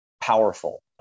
powerful